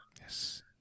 Yes